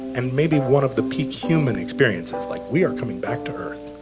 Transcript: and maybe one of the peak human experiences. like, we are coming back to earth,